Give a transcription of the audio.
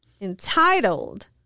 entitled